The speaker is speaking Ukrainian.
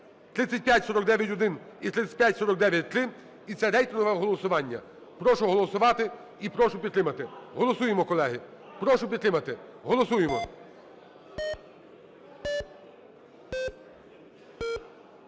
(3549-1 і 3549-3), і це рейтингове голосування. Прошу голосувати і прошу підтримати. Голосуємо, колеги. Прошу підтримати. Голосуємо.